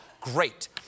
great